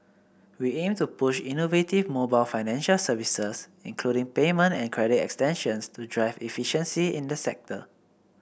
we aim to push innovative mobile financial services including payment and credit extensions to drive efficiency in the sector